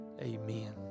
amen